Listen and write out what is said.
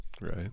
Right